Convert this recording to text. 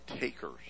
takers